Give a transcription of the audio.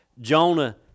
Jonah